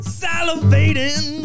salivating